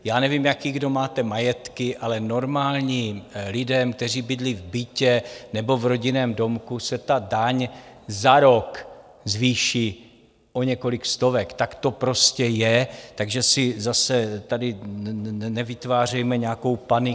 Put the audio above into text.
Já nevím, jaké kdo máte majetky, ale normálním lidem, kteří bydlí v bytě nebo v rodinném domku, se ta daň za rok zvýší o několik stovek, tak to prostě je, takže si zase tady nevytvářejme nějakou paniku.